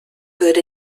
good